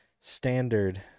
standard